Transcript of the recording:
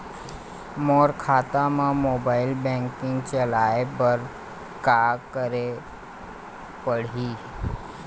मोर खाता मा mobile banking चलाए बर का करेक पड़ही?